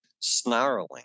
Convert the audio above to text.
snarling